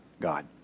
God